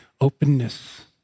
openness